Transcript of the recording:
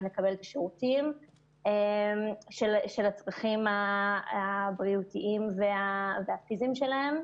לקבל את השירותים של הצרכים הבריאותיים והפיזיים שלהם.